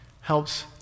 helps